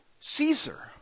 Caesar